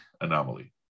anomaly